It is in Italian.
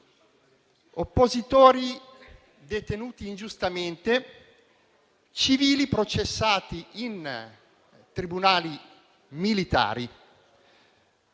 oppositori detenuti ingiustamente, civili processati in tribunali militari;